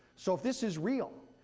so if this is real,